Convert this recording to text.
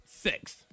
six